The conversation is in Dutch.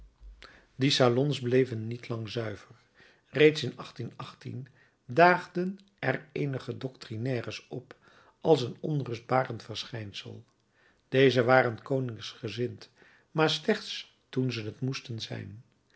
die salons bleven niet lang zuiver reeds in daagden er eenige doctrinaires op als een onrustbarend verschijnsel dezen waren koningsgezind maar slechts toen ze t moesten zijn